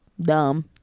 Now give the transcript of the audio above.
dumb